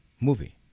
movie